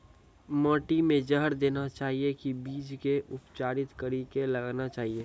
माटी मे जहर देना चाहिए की बीज के उपचारित कड़ी के लगाना चाहिए?